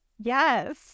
Yes